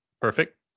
perfect